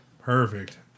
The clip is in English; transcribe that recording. Perfect